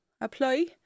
apply